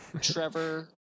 Trevor